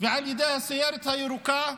ועל ידי הסיירת הירוקה.